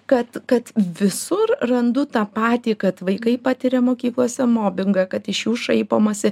kad kad visur randu tą patį kad vaikai patiria mokyklose mobingą kad iš jų šaipomasi